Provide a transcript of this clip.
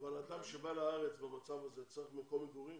אבל אדם שבא לארץ במצב הזה צריך מקום מגורים,